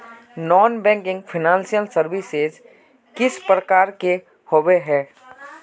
Non banking financial services किस प्रकार के होबे है?